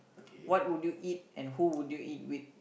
what would you eat and who would you eat with